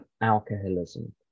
alcoholism